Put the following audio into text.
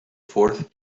fourth